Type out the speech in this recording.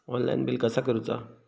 Online bill कसा करुचा?